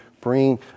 bring